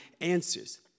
answers